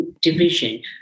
division